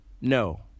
No